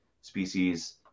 species